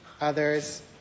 others